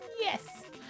Yes